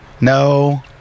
No